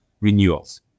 renewals